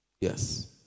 Yes